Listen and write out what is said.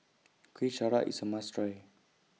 Kuih Syara IS A must Try